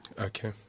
Okay